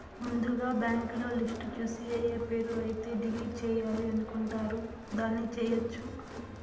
ముందుగా బ్యాంకులో లిస్టు చూసి ఏఏ పేరు అయితే డిలీట్ చేయాలి అనుకుంటారు దాన్ని చేయొచ్చు